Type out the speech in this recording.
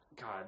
God